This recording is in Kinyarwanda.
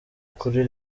kuri